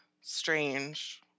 strange